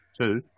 two